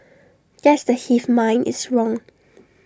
guess the hive mind is wrong